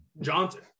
Johnson